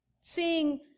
seeing